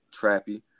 trappy